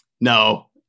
No